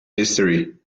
history